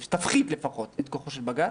שתפחית לפחות את כוחו של בג"ץ.